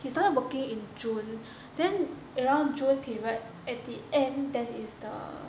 he started working in june then around june period at the end then is the